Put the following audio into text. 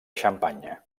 xampanya